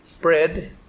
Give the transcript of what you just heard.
bread